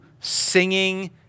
singing